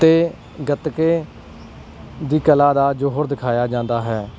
ਅਤੇ ਗੱਤਕੇ ਦੀ ਕਲਾ ਦਾ ਜੋਹਰ ਹੋਰ ਦਿਖਾਇਆ ਜਾਂਦਾ ਹੈ